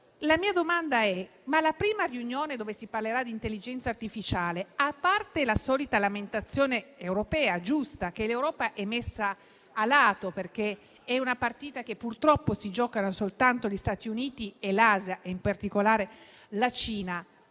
alla mia domanda. Nella prima riunione nella quale si parlerà di intelligenza artificiale, a parte la solita - giusta - lamentazione europea, secondo cui l'Europa è messa a lato perché è una partita che purtroppo si giocano soltanto gli Stati Uniti e l'Asia (in particolare la Cina),